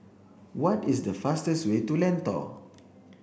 what is the fastest way to Lentor